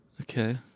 Okay